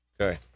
Okay